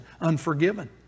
Unforgiven